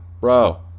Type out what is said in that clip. Bro